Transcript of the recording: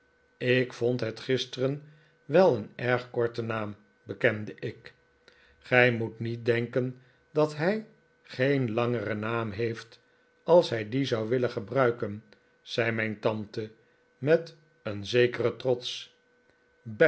ik vond het gisteren wel een erg korten naam bekende ik gij moet niet denken dat hij geen langeren naam heeft als hij dien zou willen gebruiken zei mijn tante met een zekeren trots